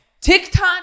TikTok